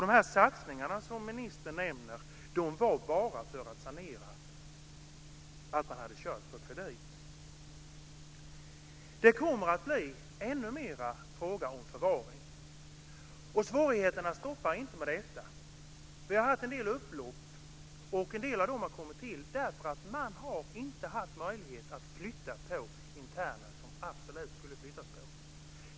De satsningar som ministern nämner var bara till för att sanera efter att man hade kört verksamheten på kredit. Det kommer att bli ännu mer fråga om förvaring. Och svårigheterna slutar inte med detta. Vi har haft en del upplopp, och en del av dessa har kommit till för att man inte har haft möjlighet att flytta på interner som man absolut skulle ha flyttat på.